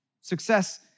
Success